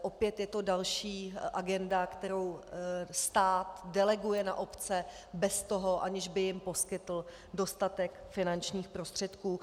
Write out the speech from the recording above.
Opět je to další agenda, kterou stát deleguje na obce bez toho, aniž by jim poskytl dostatek finančních prostředků.